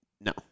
no